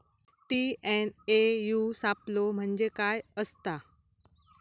TNAU सापलो म्हणजे काय असतां?